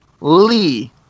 Lee